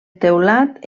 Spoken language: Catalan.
teulat